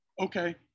okay